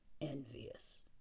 envious